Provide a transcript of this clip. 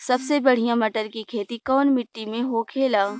सबसे बढ़ियां मटर की खेती कवन मिट्टी में होखेला?